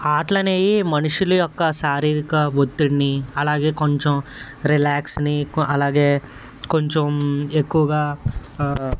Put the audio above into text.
ఆటలనేవి మనుషుల యొక్క శారీరిక ఒత్తిడిని అలాగే కొంచెం రిలాక్స్ని కొ అలాగే కొంచెం ఎక్కువగా